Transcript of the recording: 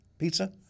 pizza